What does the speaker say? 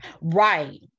right